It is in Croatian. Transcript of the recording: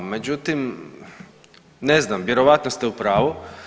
Međutim, ne znam vjerojatno ste u pravu.